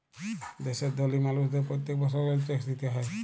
দ্যাশের ধলি মালুসদের প্যত্তেক বসর ওয়েলথ ট্যাক্স দিতে হ্যয়